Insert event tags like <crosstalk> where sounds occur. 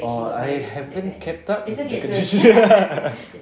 orh I haven't kept up with the kardashian <laughs>